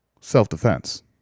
self-defense